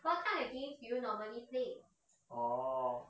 orh